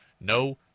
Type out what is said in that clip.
No